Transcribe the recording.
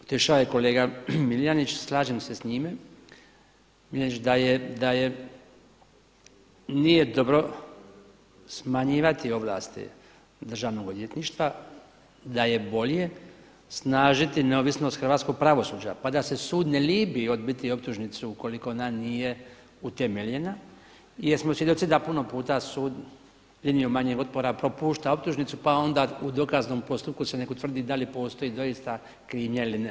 Otišao je kolega Miljenić, slažem se s njime, da nije dobro smanjivati ovlasti državnog odvjetništva, da je bolje snažiti neovisnost hrvatskog pravosuđa pa da se sud ne libi odbiti optužnicu ukoliko ona nije utemeljena jer smo svjedoci da puno puta sud, linijom manjeg otpora propušta optužnicu pa onda u dokaznom postupku se nek utvrdi da li postoji doista krivnja ili ne.